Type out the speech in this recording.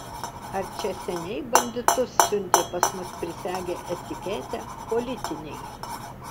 ar čia seniai banditus siuntė pas mus prisegę etiketę politiniai